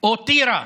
או טירה,